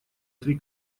три